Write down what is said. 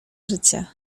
życia